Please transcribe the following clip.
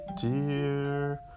dear